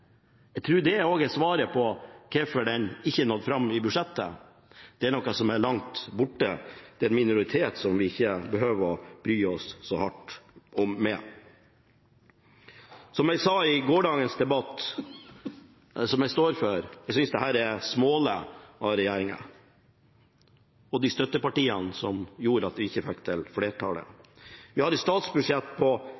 Jeg tror det også er svaret på hvorfor dette ikke nådde fram i budsjettet. Det er noe som er langt borte, en minoritet som vi ikke behøver å bry oss så mye om. Som jeg sa i gårsdagens debatt, og som jeg står for: Jeg synes dette er smålig av regjeringen og av støttepartiene, som gjorde at vi ikke fikk til et flertall. Vi har et statsbudsjett på